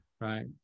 Right